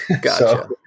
Gotcha